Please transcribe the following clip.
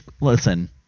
listen